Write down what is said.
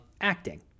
acting